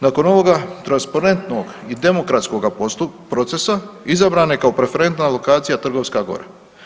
Nakon ovoga transparentnog i demokratskoga procesa izabrana je kao preferentna lokacija Trgovska gora.